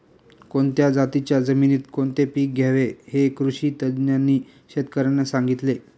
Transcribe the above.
कोणत्या जातीच्या जमिनीत कोणते पीक घ्यावे हे कृषी तज्ज्ञांनी शेतकर्यांना सांगितले